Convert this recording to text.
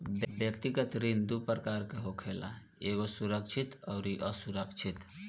व्यक्तिगत ऋण दू प्रकार के होखेला एगो सुरक्षित अउरी असुरक्षित